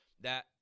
that-